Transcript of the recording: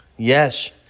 Yes